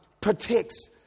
protects